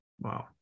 Wow